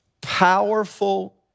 powerful